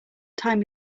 time